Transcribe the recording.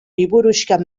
liburuxka